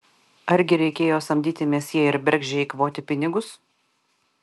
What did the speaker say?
argi reikėjo samdyti mesjė ir bergždžiai eikvoti pinigus